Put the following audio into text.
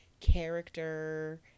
character